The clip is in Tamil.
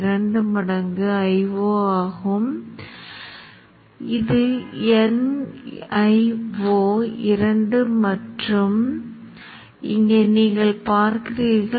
இது ஒரு மின்தடை அல்லது வேறு ஏதேனும் கிளையாக இருந்தால் இங்கே கிடைக்கும் கிளை மின்னோட்டங்களுடன் நீங்கள் தன்னிச்சையாக பார்க்க முடியாது